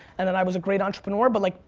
and then i was a great entrepreneur. but like,